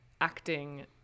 acting